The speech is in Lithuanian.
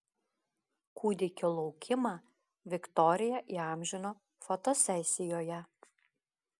kūdikio laukimą viktorija įamžino fotosesijoje